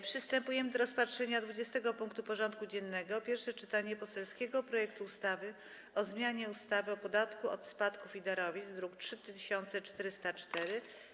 Przystępujemy do rozpatrzenia punktu 20. porządku dziennego: Pierwsze czytanie poselskiego projektu ustawy o zmianie ustawy o podatku od spadków i darowizn (druk nr 3404)